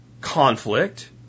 conflict